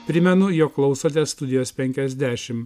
primenu jog klausote studijos penkiasdešimt